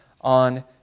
on